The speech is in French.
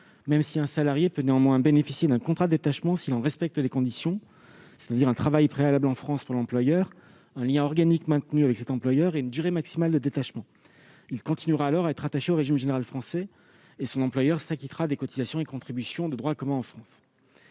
un salarié peut bénéficier d'un contrat de détachement s'il en respecte les conditions, c'est-à-dire un travail préalable réalisé en France pour un employeur donné, un lien organique maintenu avec cet employeur et une durée maximale de détachement. Dans ce cas, le travailleur reste rattaché au régime général français et son employeur s'acquitte des cotisations et contributions de droit commun en France.